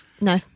No